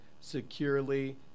securely